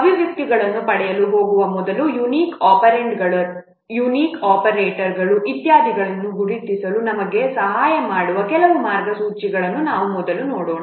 ಅಭಿವ್ಯಕ್ತಿಗಳನ್ನು ಪಡೆಯಲು ಹೋಗುವ ಮೊದಲು ಯುನಿಕ್ ಒಪೆರಾಂಡ್ಗಳು ಯುನಿಕ್ ಆಪರೇಟರ್ಗಳು ಇತ್ಯಾದಿಗಳನ್ನು ಗುರುತಿಸಲು ನಮಗೆ ಸಹಾಯ ಮಾಡುವ ಕೆಲವು ಮಾರ್ಗಸೂಚಿಗಳನ್ನು ನಾವು ಮೊದಲು ನೋಡೋಣ